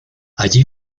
allí